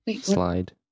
slide